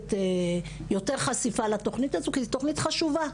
לתת יותר חשיפה לתוכנית הזאת כי זו תוכנית חשובה.